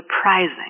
surprising